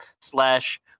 slash